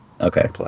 Okay